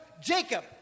Jacob